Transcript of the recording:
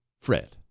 Fred